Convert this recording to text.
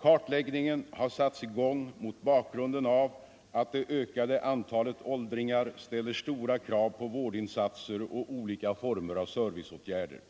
Kartläggningen har satts i gång mot bakgrunden av att det ökande antalet åldringar ställer stora krav på vårdinsatser och olika former av serviceåtgärder.